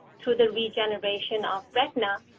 to the regeneration of retina.